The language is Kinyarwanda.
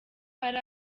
hari